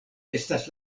estas